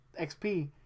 xp